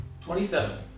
twenty-seven